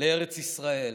לארץ ישראל.